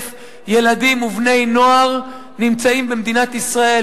ילדים ובני-נוער נמצאים במדינת ישראל,